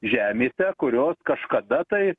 žemėse kurios kažkada tai